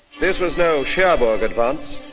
this was no cherbourg advance,